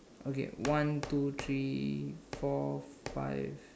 okay one two three four five